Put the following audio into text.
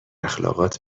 اخلاقات